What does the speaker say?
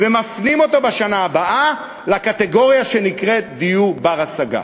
ומפנים אותו בשנה הבאה לקטגוריה שנקראת דיור בר-השגה.